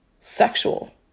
Sexual